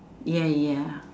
ya ya